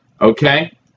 okay